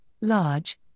large